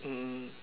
mm